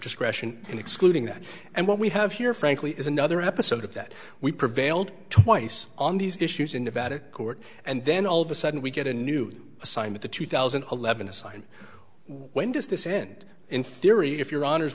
discretion in excluding that and what we have here frankly is another episode of that we prevailed twice on these issues in nevada court and then all of a sudden we get a new sign that the two thousand and eleven assign when does this end in theory if your hono